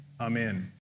amen